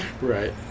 Right